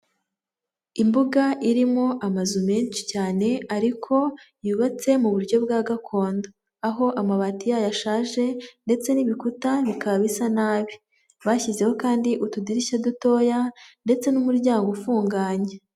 Imbuga irimo amazu menshi cyane ariko yubatse mu buryo bwa gakondo, aho amabati yayo ashaje ndetse n'ibikuta bikaba bisa nabi, bashyizeho kandi utudirishya dutoya ndetse n'umuryango ufunganye.